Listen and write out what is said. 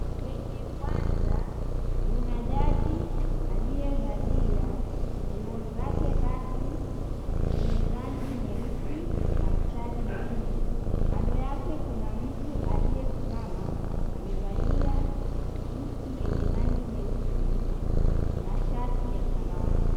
Kwenye uwanja kuna jaji aliyevalia nguo zake rasmi zenye rangi nyeusi na mstari mwekundu. Kando yake kuna mtu aliyesimama amevalia suti yenye rangi nyeusi na shati ya samawati.